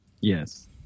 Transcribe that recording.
Yes